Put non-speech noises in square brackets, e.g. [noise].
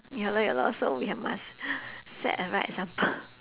ya lor ya lor so we have must [breath] set a right example